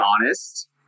honest